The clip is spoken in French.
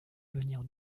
venir